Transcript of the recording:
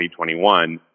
2021